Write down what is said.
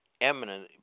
eminent